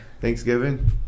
Thanksgiving